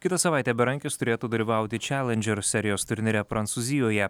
kitą savaitę berankis turėtų dalyvauti čelandžer serijos turnyre prancūzijoje